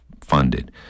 funded